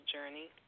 Journey